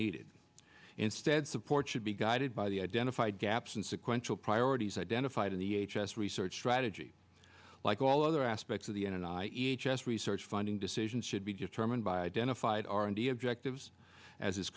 needed instead support should be guided by the identified gaps and sequential priorities identified in the h s research strategy like all other aspects of the n n i e h s research funding decisions should be determined by identified r and d objectives as is